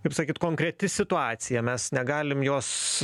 kaip sakyt konkreti situacija mes negalim jos